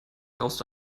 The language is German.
brauchst